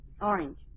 Orange